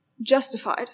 justified